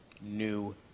new